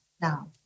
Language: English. now